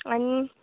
आनी